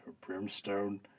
brimstone